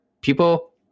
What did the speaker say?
people